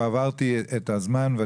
יעל, אני